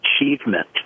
achievement